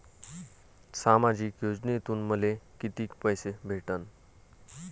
सामाजिक योजनेतून मले कितीक पैसे भेटन?